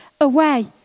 away